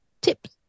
tips